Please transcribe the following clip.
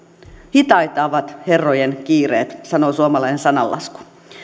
hitaita ovat herrojen kiireet sanoo suomalainen sananlasku